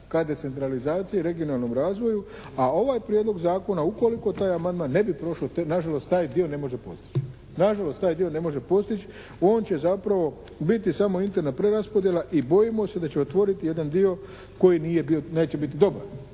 ka decentralizaciji i regionalnom razvoju, a ovaj Prijedlog zakona ukoliko taj amandman ne bi prošao, na žalost taj dio ne može postići, na žalost taj dio ne može postići. On će zapravo biti samo interna preraspodjela i bojimo se da će otvoriti jedan dio koji neće biti dobar.